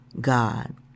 God